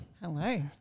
Hello